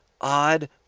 odd